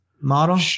model